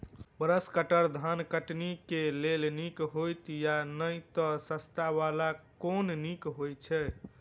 Brush cutter धान कटनी केँ लेल नीक हएत या नै तऽ सस्ता वला केँ नीक हय छै?